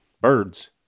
Birds